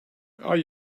are